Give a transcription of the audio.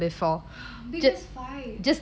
we just fight